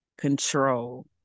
control